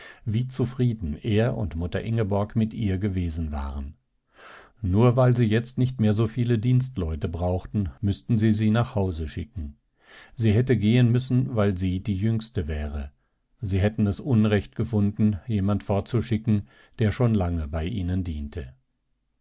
wie zufrieden er und mutter ingeborg mit ihr gewesen waren nur weil sie jetzt nicht mehr so viele dienstleute brauchten müßten sie sie nach hause schicken sie hätte gehen müssen weil sie die jüngste wäre sie hätten es unrecht gefunden jemand fortzuschicken der schon lange bei ihnen diente